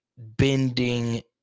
bending